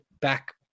back